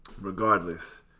regardless